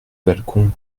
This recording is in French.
balcon